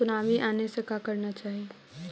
Tsunami आने से का करना चाहिए?